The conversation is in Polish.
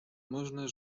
można